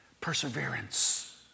Perseverance